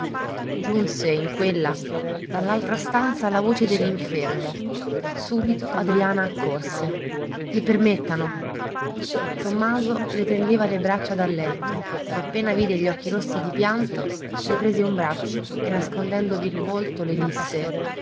giunse in quella dall'altra stanza la voce dell'infermo subito adriana accorse i permettano tommaso le tendeva le braccia dal letto ma appena le vide gli occhi rossi di pianto le prese un braccio e nascondendovi il volto le disse